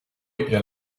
ihr